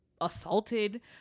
assaulted